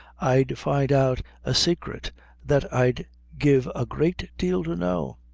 i'd find out a saicret that i'd give a great deal to know.